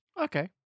Okay